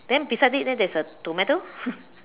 then beside it leh there's the tomato